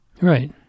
Right